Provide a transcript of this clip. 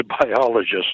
biologist